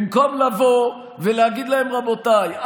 במקום לבוא ולהגיד להם: רבותיי,